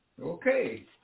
Okay